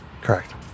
Correct